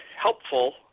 helpful